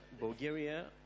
Bulgaria